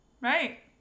Right